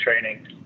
training